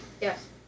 Yes